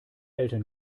eltern